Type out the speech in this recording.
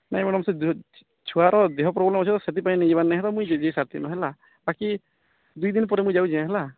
ନାଇଁ ମ୍ୟାଡ଼ାମ୍ ସେ ଛୁଆର୍ ଦେହ ପ୍ରୋବ୍ଲେମ୍ ଅଛି ତ ସେଥିପାଇଁ ହେଲା ବାକି ଦୁଇ ଦିନି ପରେ ମୁଇଁ ଯାଉଚେଁ ହେଲା